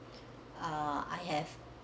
uh I have